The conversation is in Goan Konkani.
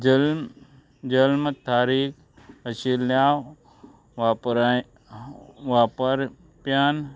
जल्म जल्म तारीख आशिल्ल्या वापर वापरप्यान